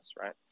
right